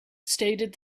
stated